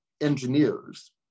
engineers